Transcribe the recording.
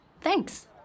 Thanks